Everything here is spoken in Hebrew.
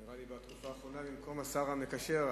נראה לי בתקופה האחרונה במקום השר המקשר,